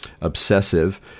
obsessive